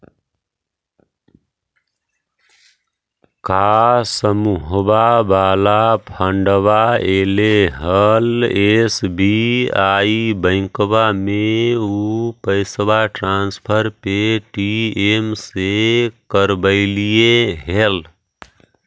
का समुहवा वाला फंडवा ऐले हल एस.बी.आई बैंकवा मे ऊ पैसवा ट्रांसफर पे.टी.एम से करवैलीऐ हल?